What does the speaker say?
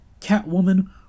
Catwoman